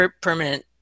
permanent